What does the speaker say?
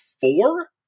four